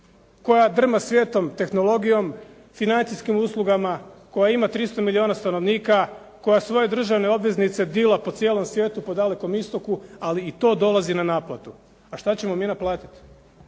koja drma svijetom, tehnologijom, financijskim uslugama, koja ima 300 milijuna stanovnika, koja svoje državne obveznice dila po cijelom svijetu, po Dalekom istoku, ali i to dolazi na naplatu. A što ćemo mi naplatiti?